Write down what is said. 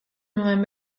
nuen